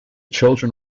children